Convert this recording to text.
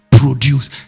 produce